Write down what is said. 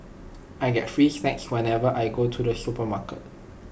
I get free snacks whenever I go to the supermarket